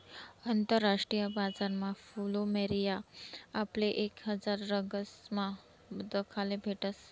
आंतरराष्ट्रीय बजारमा फ्लुमेरिया आपले एक हजार रंगसमा दखाले भेटस